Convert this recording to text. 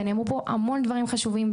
ונאמרו פה המון דברים חשובים.